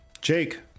Jake